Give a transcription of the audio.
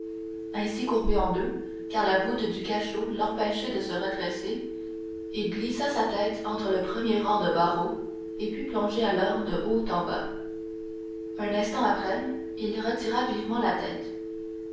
ainsi courbé en deux car la voûte du cachot l'empêchait de se redresser il glissa sa tête entre le premier rang de barreaux et put plonger alors de haut en bas un instant après il retira vivement la tête